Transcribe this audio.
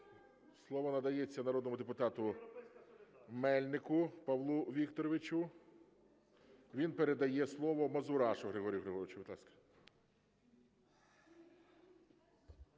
Слово надається народному депутату Мельнику Павлу Вікторовичу. Він передає слово Мазурашу Георгію Георгійовичу, будь ласка.